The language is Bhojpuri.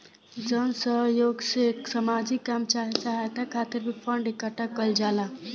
जन सह योग से सामाजिक काम चाहे सहायता खातिर भी फंड इकट्ठा कईल जाला